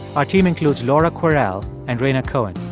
our team includes laura kwerel and rhaina cohen.